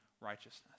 righteousness